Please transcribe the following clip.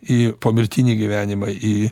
į pomirtinį gyvenimą į